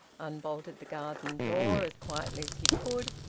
unbolted the garden door as quietly as he could,